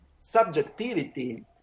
subjectivity